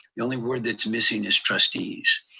the only word that's missing is trustees,